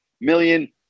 million